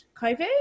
COVID